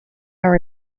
are